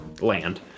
land